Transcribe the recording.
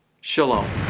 Shalom